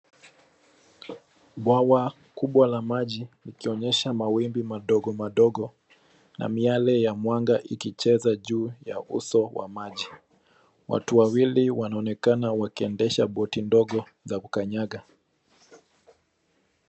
Bwawa kubwa la maji likionyesha mawimbi madogo madogo na miale ya mwanga ikicheza juu ya uso wa maji. Watu wawili wanaonekana wakiendesha boti ndogo za kukanyaga.